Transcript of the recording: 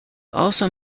also